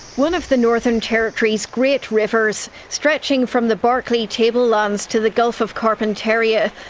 one of the northern territory's great rivers, stretching from the barkly tablelands to the gulf of carpentaria,